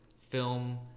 film